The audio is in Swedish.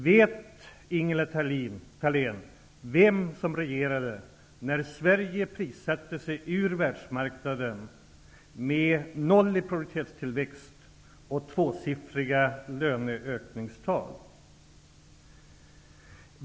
Vet Ingela Thalén vilka som regerade när Sverige prissatte sig ur världsmarknaden med noll i produktivitetstillväxt och tvåsiffriga löneökningstal?